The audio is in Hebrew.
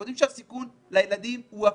אנחנו יודעים שהסיכון לילדים הוא אפסי.